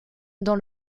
dans